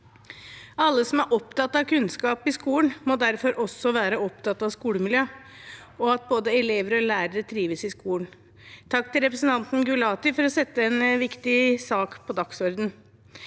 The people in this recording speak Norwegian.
Alle som er opptatt av kunnskap i skolen, må derfor også være opptatt av skolemiljø og at både elever og lærere trives i skolen. Takk til representanten Gulati for å sette en viktig sak på dagsordenen.